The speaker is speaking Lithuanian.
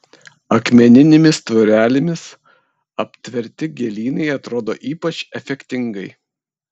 akmeninėmis tvorelėmis aptverti gėlynai atrodo ypač efektingai